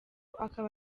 akaba